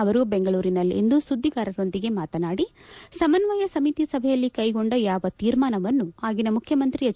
ಅವರು ಬೆಂಗಳೂರಿನಲ್ಲಿಂದು ಸುದ್ದಿಗಾರರೊಂದಿಗೆ ಮಾತನಾಡಿ ಸಮನ್ವಯ ಸಮಿತಿ ಸಭೆಯಲ್ಲಿ ಕೈಗೊಂಡ ಯಾವ ತೀರ್ಮಾನವನ್ನೂ ಆಗಿನ ಮುಖ್ಯಮಂತ್ರಿ ಎಚ್